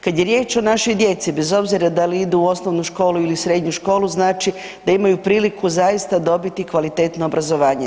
Kada je riječ o našoj djeci bez obzira da li idu u osnovnu školu ili srednju školu znači da imaju priliku zaista dobiti kvalitetno obrazovanje.